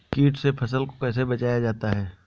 कीट से फसल को कैसे बचाया जाता हैं?